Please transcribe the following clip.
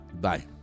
Bye